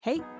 Hey